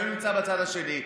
כשאני נמצא בצד השני,